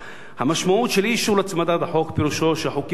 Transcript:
המשמעות של אי-אישור הצמדת החוק היא שהחוקים האחרים